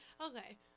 okay